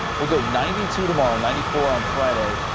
we'll go ninety two tomorrow ninety four on friday.